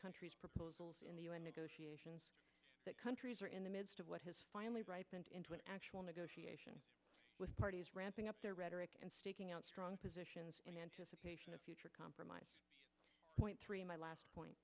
countries proposals in the un negotiations that countries are in the midst of what has finally ripened into an actual negotiation with parties ramping up their rhetoric and staking out strong positions in anticipation of future compromise point three my last point